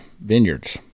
Vineyards